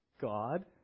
God